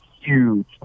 huge